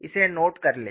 इसे नोट कर लें